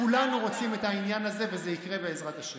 כולנו רוצים את העניין הזה, וזה יקרה, בעזרת השם.